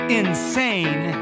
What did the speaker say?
insane